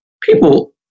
people